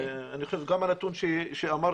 אני חושב שגם הנתון שאמרתי,